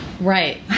Right